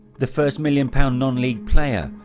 the first million-pound non-league player.